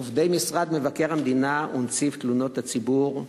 עובדי משרד מבקר המדינה ונציב תלונות הציבור,